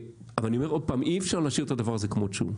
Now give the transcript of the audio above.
אבל אני אומר עוד פעם: אי אפשר להשאיר את הדבר הזה כמות שהוא,